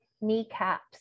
kneecaps